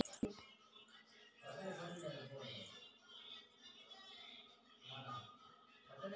వ్యవసాయ యంత్రాలను తయారు చేసే వాళ్ళ లో ముఖ్యంగా Mahindra, Sonalika international tractor limited లు ఉన్నాయి